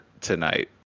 tonight